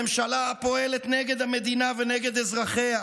ממשלה הפועלת נגד המדינה ונגד אזרחיה,